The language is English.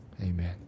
Amen